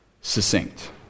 succinct